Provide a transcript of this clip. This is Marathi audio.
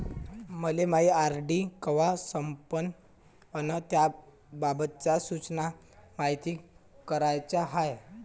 मले मायी आर.डी कवा संपन अन त्याबाबतच्या सूचना मायती कराच्या हाय